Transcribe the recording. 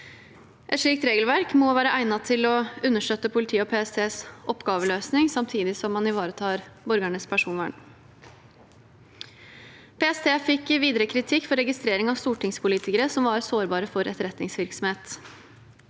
Et slikt regelverk må være egnet til å understøtte politiets og PSTs oppgaveløsning, samtidig som borgernes personvern ivaretas. PST fikk videre kritikk for registrering av stortingspolitikere som var sårbare for etterretningsvirksomhet.